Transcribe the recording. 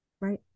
Right